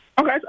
Okay